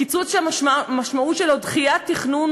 קיצוץ שהמשמעות שלו היא דחיית תכנון